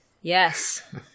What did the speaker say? Yes